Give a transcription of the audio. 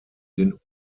den